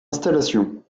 installation